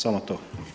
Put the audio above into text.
Samo to.